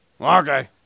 Okay